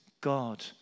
God